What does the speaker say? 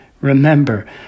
remember